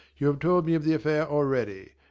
you have told me of the affair already.